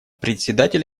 председатель